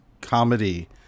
comedy